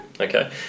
okay